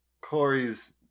Corey's